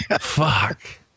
fuck